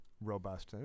robust